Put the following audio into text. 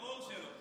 ברור שלא.